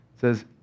says